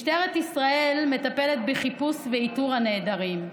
משטרת ישראל מטפלת בחיפוש ובאיתור הנעדרים.